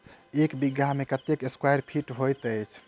एक बीघा मे कत्ते स्क्वायर फीट होइत अछि?